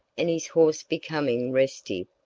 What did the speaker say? and his horse becoming restive,